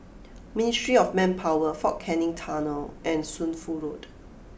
Ministry of Manpower Fort Canning Tunnel and Shunfu Road